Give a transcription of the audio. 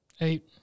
Eight